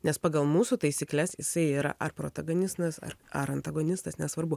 nes pagal mūsų taisykles jisai yra ar protaganisnas ar ar antagonistas nesvarbu